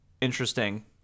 interesting